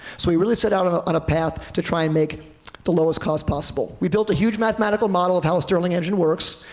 so we really set out on a path to try and make the lowest cost possible. we built a huge mathematical model of how a stirling engine works.